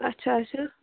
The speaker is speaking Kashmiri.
اچھا اچھا